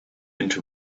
into